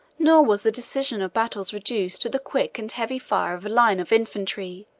nor was the decision of battles reduced to the quick and heavy fire of a line of infantry,